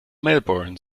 melbourne